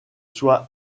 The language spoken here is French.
soit